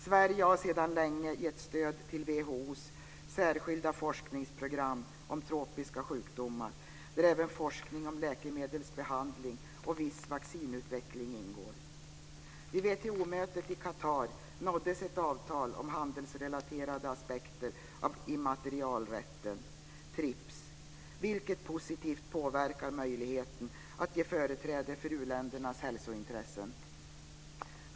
Sverige har länge gett stöd till WHO:s särskilda forskningsprogram om tropiska sjukdomar, där även forskning om läkemedelsbehandling och viss vaccinutveckling ingår. vilket positivt påverkar möjligheten att ge företräde för u-ländernas hälsointressen.